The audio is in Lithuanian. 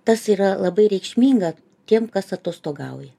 tas yra labai reikšminga tiem kas atostogauja